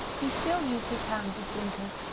he still used his hands as blinkers,